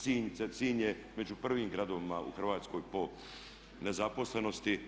Sinj je među prvim gradovima u Hrvatskoj po nezaposlenosti,